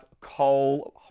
coal